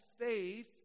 faith